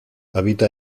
habita